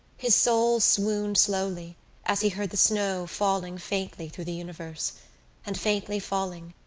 his soul swooned slowly as he heard the snow falling faintly through the universe and faintly falling,